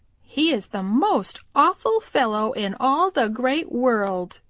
he is the most awful fellow in all the great world,